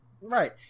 Right